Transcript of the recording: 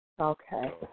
Okay